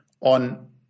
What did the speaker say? on